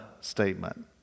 statement